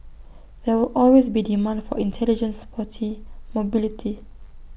there will always be demand for intelligent sporty mobility